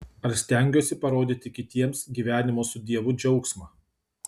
ar stengiuosi parodyti kitiems gyvenimo su dievu džiaugsmą